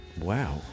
Wow